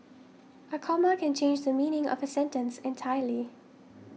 a comma can change the meaning of a sentence entirely